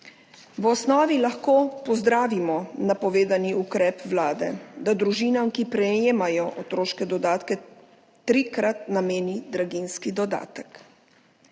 V osnovi lahko pozdravimo napovedani ukrep vlade, da družinam, ki prejemajo otroške dodatke, trikrat nameni draginjski dodatek.